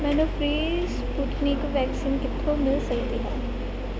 ਮੈਨੂੰ free Sputnik vaccine ਕਿੱਥੋਂ ਮਿਲ ਸਕਦੀ ਹੈ